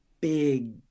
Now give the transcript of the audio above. big